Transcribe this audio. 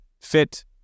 fit